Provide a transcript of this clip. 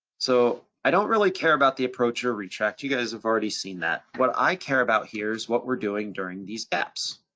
so i don't really care about the approach or retract. you guys have already seen that. what i care about here is what we're doing during these gaps.